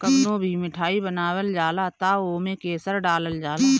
कवनो भी मिठाई बनावल जाला तअ ओमे केसर डालल जाला